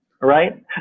Right